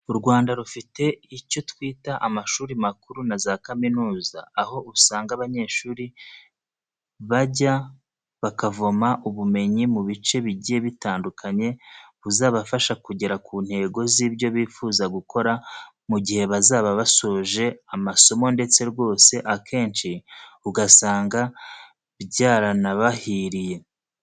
U Rwanda rufite icyo twita amashuri makuru na za kaminuza, aho usanga abanyeshuri bajya bakavoma ubumenyi mu bice bigiye bitandukanye buzabafasha kugera ku ntego z'ibyo bifuza gukora mu gihe bazaba basoje amasomo ndetse rwose akenshi ugasanga byaranabahiriye.